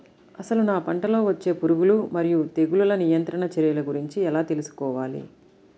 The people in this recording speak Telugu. అసలు నా పంటలో వచ్చే పురుగులు మరియు తెగులుల నియంత్రణ చర్యల గురించి ఎలా తెలుసుకోవాలి?